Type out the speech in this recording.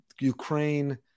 Ukraine